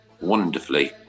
wonderfully